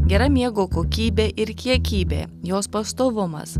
gera miego kokybė ir kiekybė jos pastovumas